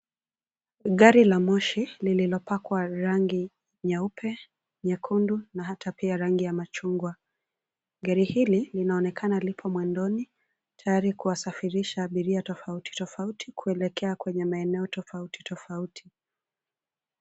Gari la moshi lililopakwa rangi nyeupe, nyekundu na hata pia rangi ya machungwa. Gari hili linaonekana lipo mwendoni tayari kuwasafirisha abiria tofauti tofauti kuelekea kwenye maeneo tofauti tofauti.